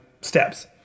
steps